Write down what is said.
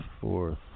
fourth